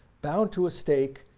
bound to a stake,